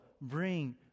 bring